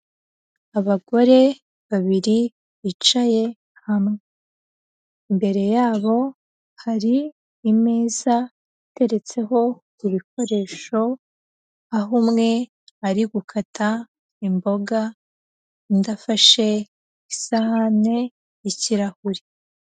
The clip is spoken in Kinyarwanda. Abagore babiri bicaye hamwe, imbere yabo hari imeza iteretseho ibikoresho, aho umwe ari gukata imboga, undi afashe isahani y'ikirahure.